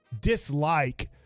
dislike